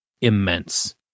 immense